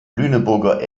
lüneburger